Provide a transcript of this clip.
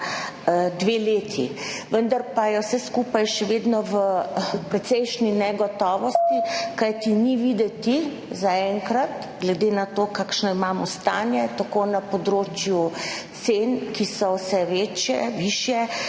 dve leti. Vendar pa je vse skupaj še vedno v precejšnji negotovosti, kajti ni videti. Zaenkrat glede na to, kakšno imamo stanje na področju cen, ki so vse višje –